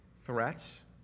threats